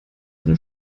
eine